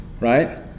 right